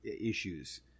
issues